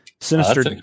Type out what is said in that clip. Sinister